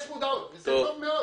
יש מודעות וזה טוב מאוד.